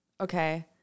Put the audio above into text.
Okay